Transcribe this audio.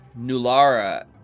Nulara